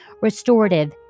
restorative